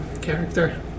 character